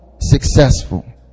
successful